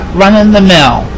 run-in-the-mill